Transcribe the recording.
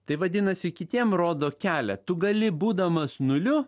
tai vadinasi kitiem rodo kelią tu gali būdamas nuliu